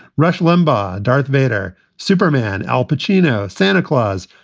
rush limbaugh. darth vader, superman. al pacino. santa claus.